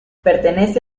pertenece